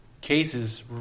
cases